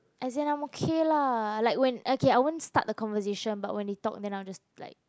I think I'm okay lah like when okay I won't start a conversation but when he talk then I will just like